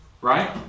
Right